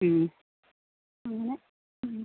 അങ്ങനെ